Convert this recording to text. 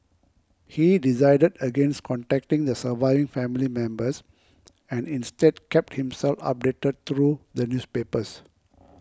he decided against contacting the surviving family members and instead kept himself updated through the newspapers